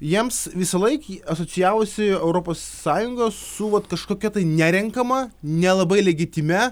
jiems visą laik asocijavosi europos sąjunga su vat kažkokia tai nerenkama nelabai legitimia